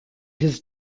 his